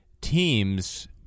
teams